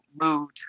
moved